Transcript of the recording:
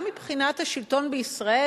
גם מבחינת השלטון בישראל,